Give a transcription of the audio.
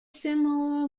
similar